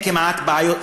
אין כמעט בעיות,